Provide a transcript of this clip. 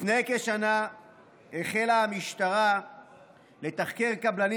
לפני כשנה החלה המשטרה לתחקר קבלנים